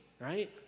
right